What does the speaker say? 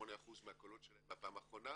88% מהקולות שלהם בפעם האחרונה,